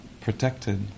protected